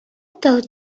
thought